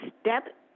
step